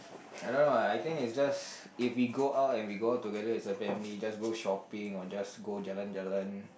I don't know ah I think it's just if we go out and we go out together as a family just go shopping or just go jalan-jalan